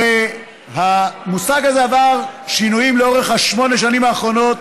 הרי המושג הזה עבר שינויים לאורך שמונה השנים האחרונות